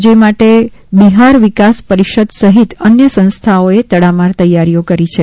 જે માટે બિહાર વિકાસ પરિષદ સહિત અન્ય સંસ્થાઓએ તડામાર તૈયારીઓ આરંભી છે